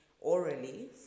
orally